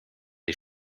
die